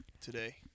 today